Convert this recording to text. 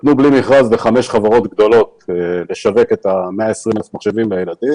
נתנו בלי מכרז לחמש חברות גדולות לשווק את ה-120,000 המחשבים לילדים